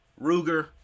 Ruger